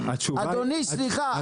אדוני, סליחה.